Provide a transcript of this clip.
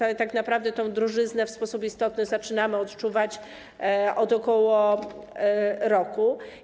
Ale tak naprawdę tę drożyznę w sposób istotny zaczynamy odczuwać od około roku.